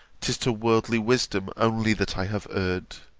tis to worldly wisdom only that i have erred.